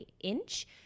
inch